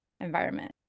environment